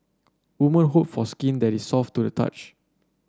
women hope for skin that is soft to the touch